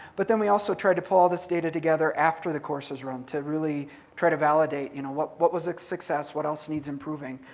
but then we also tried to pull all this data together after the course is run to really try to validate you know what what was its success, what else needs improving?